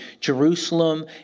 Jerusalem